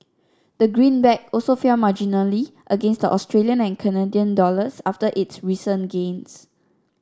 the greenback also fell marginally against the Australian and Canadian dollars after its recent gains